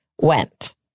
went